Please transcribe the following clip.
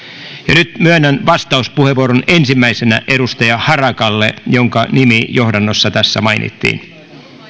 nyt myönnän vastauspuheenvuoron ensimmäisenä edustaja harakalle jonka nimi tässä johdannossa mainittiin